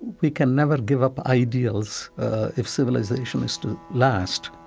we can never give up ideals if civilization is to last